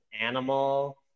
animal